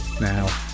Now